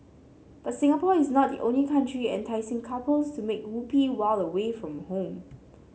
but Singapore is not the only country enticing couples to make whoopee while away from home